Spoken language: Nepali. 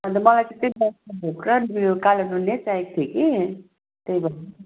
अन्त मलाई त्यो बादसाह भोग र उयो कालो नुनिया चाहिएको थियो कि त्यही